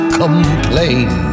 complain